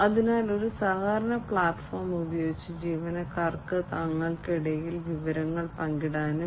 അതിനാൽ ഒരു സഹകരണ പ്ലാറ്റ്ഫോം ഉപയോഗിച്ച് ജീവനക്കാർക്ക് തങ്ങൾക്കിടയിൽ വിവരങ്ങൾ പങ്കിടാനാകും